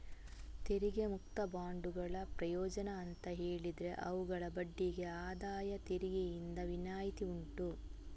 ತೆರಿಗೆ ಮುಕ್ತ ಬಾಂಡುಗಳ ಪ್ರಯೋಜನ ಅಂತ ಹೇಳಿದ್ರೆ ಅವುಗಳ ಬಡ್ಡಿಗೆ ಆದಾಯ ತೆರಿಗೆಯಿಂದ ವಿನಾಯಿತಿ ಉಂಟು